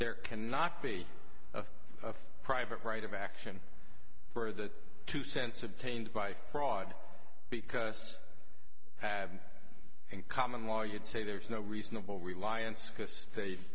there cannot be a private right of action for the two cents obtained by fraud because had in common law you'd say there's no reasonable reliance because they